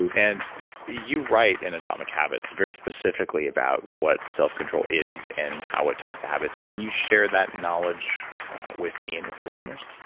and and you write in atomic habits very specifically about what self-control is and how it ties to habits. can you share that knowledge with me and with our listeners?